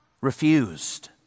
refused